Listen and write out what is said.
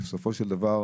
בסופו של דבר,